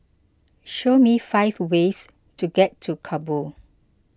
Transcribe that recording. show me five ways to get to Kabul